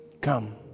Come